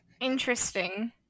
Interesting